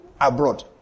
abroad